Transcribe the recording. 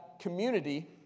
community